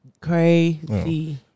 Crazy